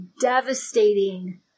devastating